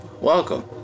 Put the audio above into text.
Welcome